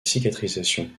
cicatrisation